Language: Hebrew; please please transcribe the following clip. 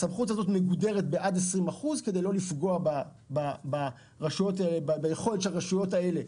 הסמכות הזו מגודרת עד 20% כדי לא לפגוע ביכולת הרשויות האלה,